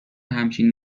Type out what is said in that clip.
همچین